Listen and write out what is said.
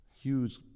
huge